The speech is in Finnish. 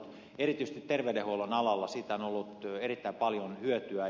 erityisesti terveydenhuollon alalla siitä on ollut erittäin paljon hyötyä